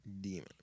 Demon